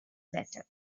better